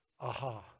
Aha